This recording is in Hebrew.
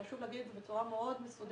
וחשוב להביא את זה בצורה מאוד מסודרת,